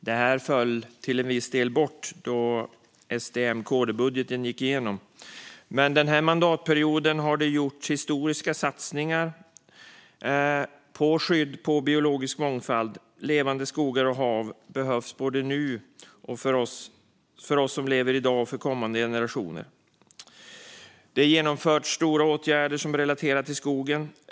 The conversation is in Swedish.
Detta föll till viss del bort då SD-M-KD-budgeten gick igenom. Den här mandatperioden har det dock gjorts historiska satsningar på skydd av biologisk mångfald och levande skogar och hav. Det behövs både för oss som lever i dag och för kommande generationer. Det har genomförts stora åtgärder som är relaterade till skogen.